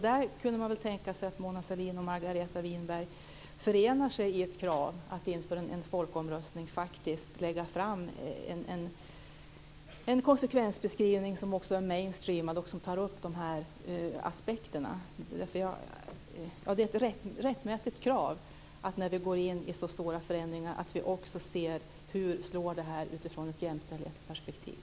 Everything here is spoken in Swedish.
Man kunde tänka sig att Mona Sahlin och Margareta Winberg förenade sig om att inför en folkomröstning föra fram krav på en konsekvensbeskrivning som är "mainstreamad" och som tar upp de här aspekterna. Det är när vi står inför så stora förändringar ett rättmätigt krav att det ska undersökas hur det här slår i ett jämställdhetsperspektiv.